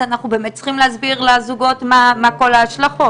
אז אנחנו באמת צריכים להסביר לזוגות מה כל ההשלכות.